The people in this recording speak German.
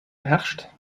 beherrscht